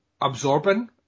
absorbing